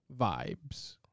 Vibes